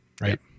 right